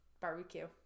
barbecue